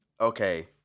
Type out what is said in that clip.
okay